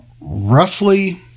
Roughly